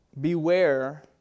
Beware